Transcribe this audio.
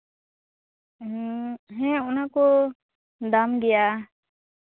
ᱦᱮᱸ ᱦᱮᱸ ᱦᱮᱸ ᱚᱱᱟᱠᱚ ᱫᱟᱢ ᱜᱮᱭᱟ